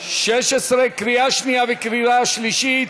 לקריאה שנייה וקריאה שלישית.